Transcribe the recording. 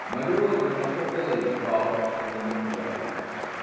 ꯃꯔꯨ ꯑꯣꯏꯕ ꯃꯀꯣꯛꯇ ꯂꯩꯕ ꯄꯥꯎ ꯑꯩꯉꯣꯟꯗ ꯄꯨꯔꯛꯎ